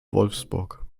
wolfsburg